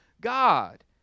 God